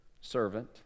servant